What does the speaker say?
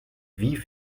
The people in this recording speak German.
wie